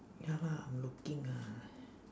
ya lah I'm looking ah